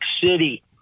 City